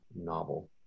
novel